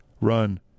run